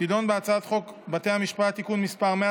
תדון בהצעת חוק בתי המשפט (תיקון מס' 100)